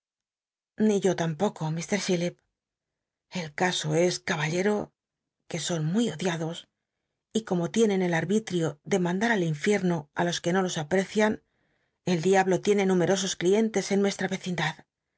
ni yo tampoco lir chillip el caso es caballero que son muy odiados y como tienen el arbitrio de mandar al infierno ti los que no los aprecian el diablo tiene numerosos clientes en nuestra ecindad